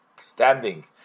standing